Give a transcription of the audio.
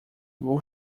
vou